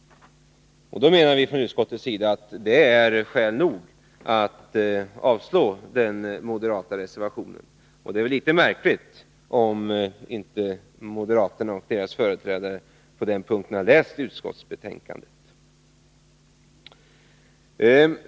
Då menar vi från utskottets sida att detta är iskäl nog att avslå den moderata reservationen. Och det är väl litet märkligt om inte moderaterna och deras företrädare på den punkten har läst utskottsbetänkandet.